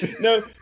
No